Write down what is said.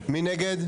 מי נגד?